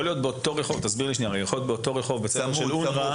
יכול להיות שבאותו רחוב יש בית ספר של אונר"א,